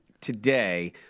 today